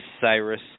Cyrus